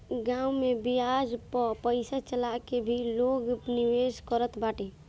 गांव में बियाज पअ पईसा चला के भी लोग निवेश करत बाटे